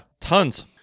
tons